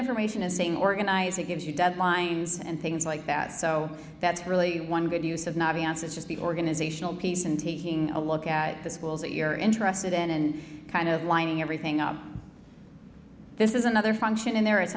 information is saying organize it gives you deadlines and things like that so that's really one good use of nabi assets just be organizational piece and taking a look at the schools that you're interested in and kind of lining everything up this is another function in there it's